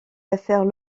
affaires